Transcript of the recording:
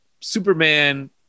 superman